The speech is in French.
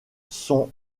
sont